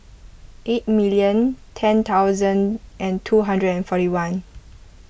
eight million ten thousand and two hundred and forty one